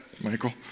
Michael